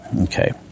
Okay